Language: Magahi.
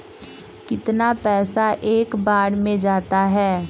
कितना पैसा एक बार में जाता है?